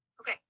Okay